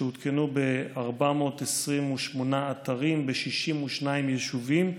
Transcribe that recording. שהותקנו ב-428 אתרים ב-62 יישובים.